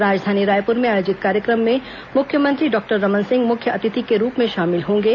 राजधानी रायपुर में आयोजित कार्यक्रम में मुख्यमंत्री डॉक्टर रमन सिंह मुख्य अतिथि के रूप में शामिल होंगे